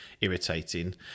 irritating